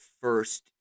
first